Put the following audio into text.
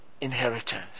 inheritance